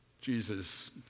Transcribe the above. Jesus